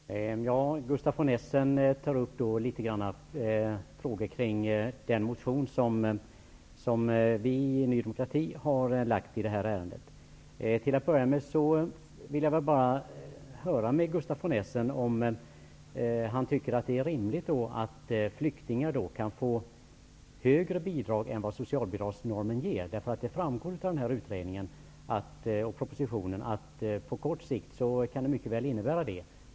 Herr talman! Gustaf von Essen tar upp frågor kring den motion som vi i Ny demokrati har väckt i det här ärendet. Till att börja med vill jag höra om Gustaf von Essen tycker att det är rimligt att flyktingar kan få högre bidrag än vad socialbidragsnormen medger. Det framgår nämligen av den gjorda utredningen och av propositionen att det på kort sikt mycket väl kan bli så.